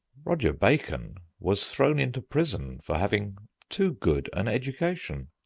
roger bacon was thrown into prison for having too good an education.